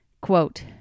Quote